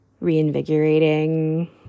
reinvigorating